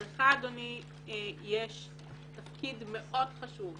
ולך, אדוני, יש תפקיד חשוב מאוד